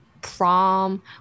prom